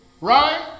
Right